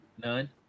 None